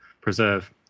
preserve